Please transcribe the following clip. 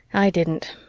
i didn't.